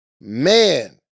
man